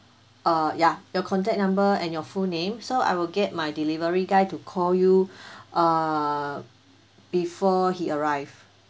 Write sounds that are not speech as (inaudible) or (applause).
uh ya your contact number and your full name so I will get my delivery guy to call you (breath) err before he arrive